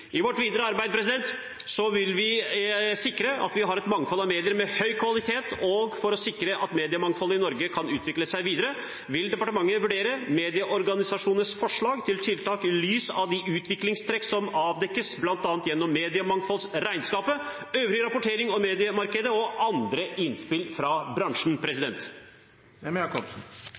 I vårt videre arbeid vil vi sikre at vi har et mangfold av medier av høy kvalitet. For å sikre at mediemangfoldet i Norge kan utvikle seg videre, vil departementet vurdere medieorganisasjonenes forslag til tiltak i lys av de utviklingstrekk som avdekkes bl.a. gjennom Mediemangfoldsregnskapet, øvrig rapportering om mediemarkedet og andre innspill fra bransjen.